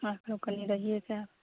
हँ कनि देरिये से आउ